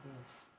yes